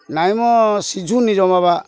ନାହିଁ ମ ସିଝୁନି ଜମା ବା